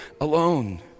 alone